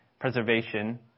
preservation